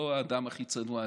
לא האדם הכי צנוע,